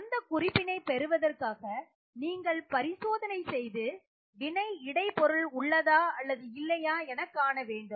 அந்த குறிப்பினை பெறுவதற்காக நீங்கள் பரிசோதனை செய்து வினை இடை பொருள் உள்ளதா அல்லது இல்லையா எனக் காண வேண்டும்